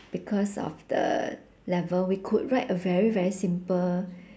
because of the level we could write a very very simple